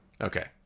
Okay